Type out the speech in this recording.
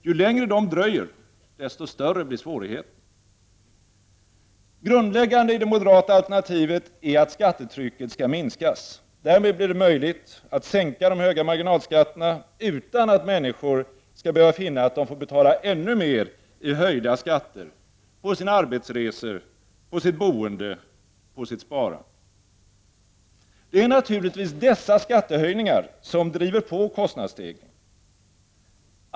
Ju längre de dröjer, desto större blir svårigheterna. Grundläggande i det moderata alternativet är att skattetrycket skall minskas. Därmed blir det möjligt att sänka de höga marginalskatterna utan att människor skall behöva finna att de får betala ännu mer i höjda skatter på sina arbetsresor, på sitt boende, på sitt sparande. Det är naturligtvis dessa skattehöjningar som driver på kostnadsstegringen.